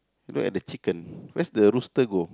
where are the chicken where's the rooster go